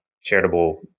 charitable